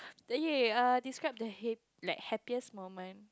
then ya err describe the ha~ like happiest moment